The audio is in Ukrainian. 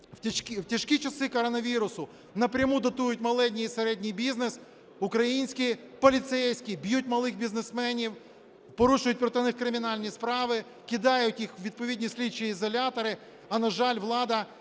в тяжкі часи коронавірусу напряму дотують малий і середній бізнес, українські поліцейські б'ють малих бізнесменів, порушують проти них кримінальні справи, кидають їх у відповідні слідчі ізолятори, а, на жаль, влада